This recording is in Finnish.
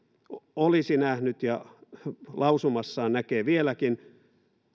olisi nähnyt ja lausumassaan näkee vieläkin